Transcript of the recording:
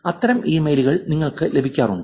അത്തരം ഇമെയിലുകൾ നിങ്ങള്ക്ക് ലഭിക്കാറുണ്ട്